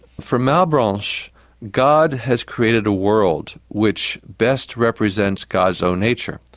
for malebranche god has created a world which best represents god's own nature.